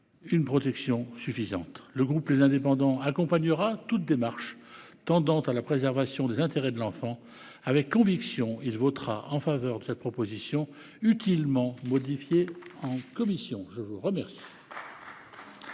une protection suffisante. Le groupe Les Indépendants accompagnera toute démarche tendant à préserver les intérêts de l'enfant. Avec conviction, il votera en faveur de cette proposition de loi, utilement modifiée en commission. La parole